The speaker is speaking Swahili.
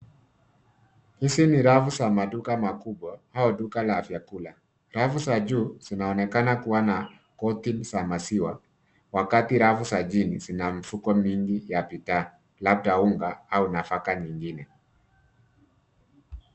Hizi ni rafu za maduka makubwa au duka la vyakula . Rafu za juu zina zinaoneka kuwa na carton za maziwa wakati rafu za chini zina mifuko mingi ya bidhaa labda unga au nafaka zingine.